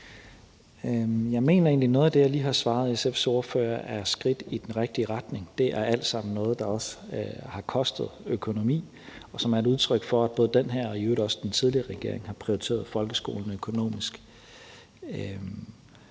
egentlig, at noget af det, jeg lige svaret SF's ordfører, er skridt i den rigtige retning. Det er alt sammen noget, der også har kostet økonomi, og som er et udtryk for, at både den her og i øvrigt også den tidligere regering har prioriteret folkeskolen økonomisk.